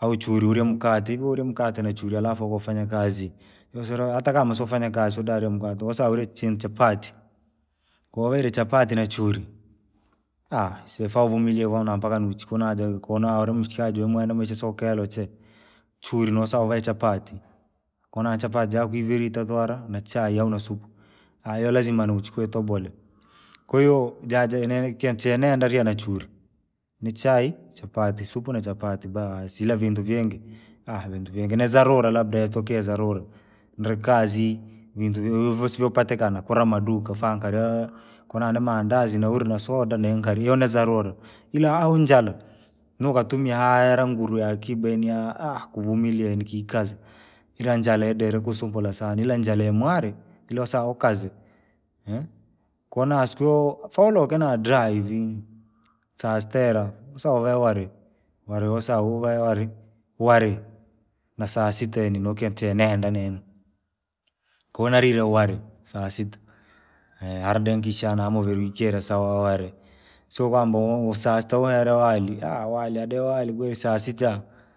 Au churi urie mkate, koo urie mkate nachuri alafu ukufanye kazi, usoriaa hata kama usofanya kazi siudaria mkate usaa ria chii chapatti, koveure chapatti nachuri, siafaa uvumilie konaa mudiko mpaka najaa konaa ura mshikaji yamwena maisha sokonelewa chee. Chuni nasowa uvae chapatti, konaa chapatti jako iviri, itatu hara na chai au na supu. hiyo lazima nuuchukue itobolee, kwahiyo ja- janini kintu chee nendariya nachuri, ni chai, chapatti, supu na chapatti basii ila vintu vingi, vintu ving nizarura labda itokee zarura. Ndri kazi vinti vi–vosii vyapatikaan kura maduka faanikaria, kona na maandazi naurni na soda ni kariona nizarura, ila awuu njala, niukatumia haa ira nguru yaakiba yani kusumilia nikikaza. Ila njala yadiri kusumbula sana, ila njala yamware, ila wasaa ukoze, konaa siku hiyo faauloke na ivii, saa sita ira, sousae wari, wari wasaa uwae wari, wari, na saa sita yani nokintu che neenda nini, konarire wari, saa sita, hara denikishana muviri ikire sawa wari, sio kwamba saa sita uhere wari wari ade wale kweri saa sita ah wali saa sita faa nifanye kazi siamufaa nifaney saa sita saa tisa njala yavire kintu nani kwa hiyo wari wee saa sita.